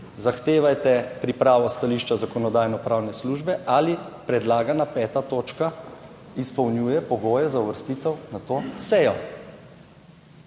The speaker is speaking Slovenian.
Zahtevajte pripravo stališča Zakonodajno-pravne službe, ali predlagana 5. točka izpolnjuje pogoje za uvrstitev na to sejo.